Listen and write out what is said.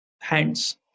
hands